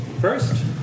First